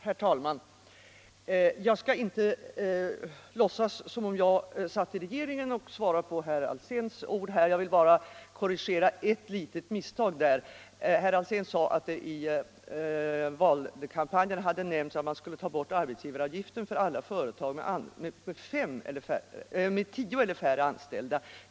Herr talman! Jag skall.inte låtsas som om jag satt i regeringen och svarade på herr Alséns frågor. Jag vill emellertid korrigera ett litet misstag. Herr Alsén sade att det i valkampanjen hade nämnts att arbetsgivaravgiften skulle tas bort för alla företag med tio eller färre anställda.